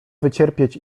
wycierpieć